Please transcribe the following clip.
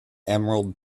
emerald